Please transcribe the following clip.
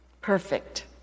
perfect